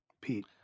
Pete